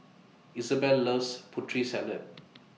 Isabell loves Putri Salad